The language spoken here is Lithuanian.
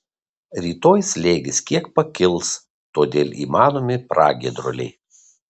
rytoj slėgis kiek pakils todėl įmanomi pragiedruliai